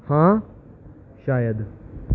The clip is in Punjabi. ਹਾਂ ਸ਼ਾਇਦ